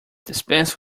dispense